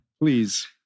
Please